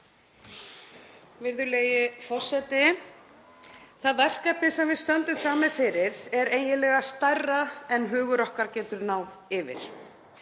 Virðulegi forseti. Það verkefni sem við stöndum frammi fyrir er eiginlega stærra en hugur okkar getur náð yfir,